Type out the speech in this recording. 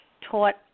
taught